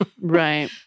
Right